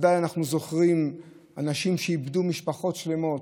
אנחנו בוודאי זוכרים אנשים שאיבדו משפחות שלמות,